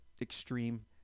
extreme